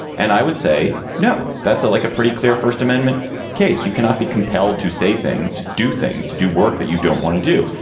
and i would say no. that's a like a pretty clear first amendment case. you cannot be compelled to say things, do things to do work that you don't want to do.